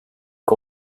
kui